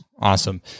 Awesome